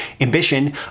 ambition